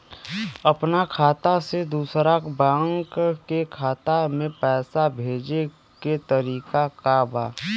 अपना खाता से दूसरा बैंक के खाता में पैसा भेजे के तरीका का बा?